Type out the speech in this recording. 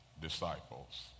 disciples